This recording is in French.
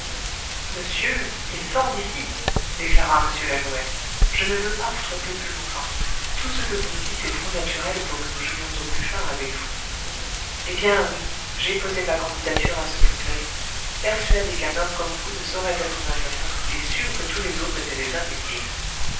monsieur il sort d'ici déclara m lalouette je ne veux pas vous tromper plus longtemps tout ce que vous nous dites est trop naturel pour que nous jouions au plus fin avec vous eh bien oui j'ai posé ma candidature à ce fauteuil persuadé qu'un homme comme vous ne saurait être un assassin et sûr que tous les autres étaient des imbéciles